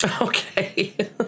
Okay